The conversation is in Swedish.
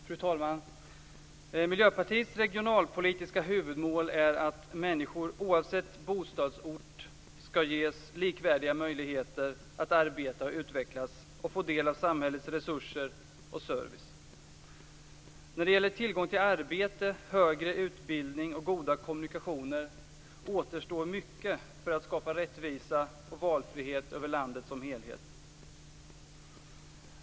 Fru talman! Miljöpartiets regionalpolitiska huvudmål är att människor oavsett bostadsort skall ges likvärdiga möjligheter att arbeta och utvecklas och få del av samhällets resurser och service. När det gäller tillgång till arbete, högre utbildning och goda kommunikationer återstår mycket för att skapa rättvisa och valfrihet över landet som helhet.